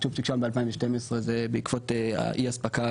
הצ'ופצ'יק שם ב-2012 זה בעקבות אי אספקה